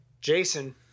Jason